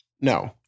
no